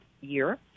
year